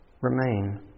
remain